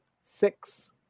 six